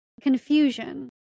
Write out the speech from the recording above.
confusion